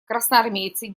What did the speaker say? красноармейцы